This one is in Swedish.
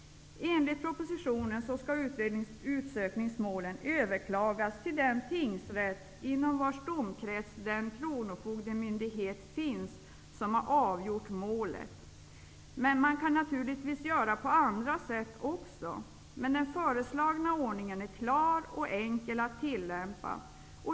Enligt propositionen skall utsökningsmålen överklagas till den tingsrätt inom vars domkrets den kronofogdemyndighet finns som har avgjort målet. Man kan naturligtvis göra på andra sätt också, men den föreslagna ordningen är klar och enkel att tillämpa.